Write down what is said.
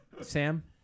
Sam